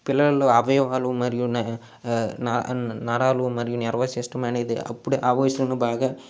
పిల్లలలో అవయవాలు మరియు న న నరాలు మరియు నర్వస్ సిస్టమ్ అనేది అప్పుడే ఆ వయసులోనే బాగా